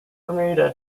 bermuda